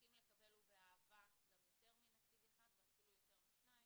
נסכים לקבל ובאהבה גם יותר מנציג אחד ואפילו יותר משני נציגים.